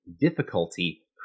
difficulty